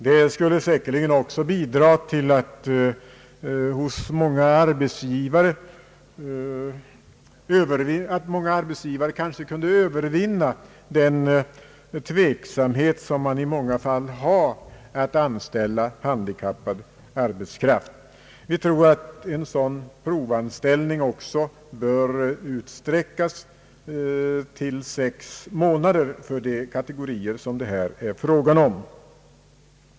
Det skulle säkerligen också bidra till att vissa arbetsgivare kanske kunde övervinna den tveksamhet som man i många fall har att anställa handikappad arbetskraft. Vi tror att en sådan provanställning bör utökas till sex månader för de kategorier som det här är fråga om.